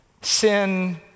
Sin